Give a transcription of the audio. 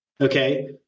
Okay